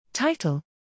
Title